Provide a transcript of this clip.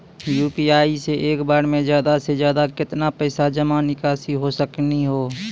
UPI से एक बार मे ज्यादा से ज्यादा केतना पैसा जमा निकासी हो सकनी हो?